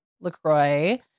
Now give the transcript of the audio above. LaCroix